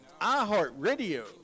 iHeartRadio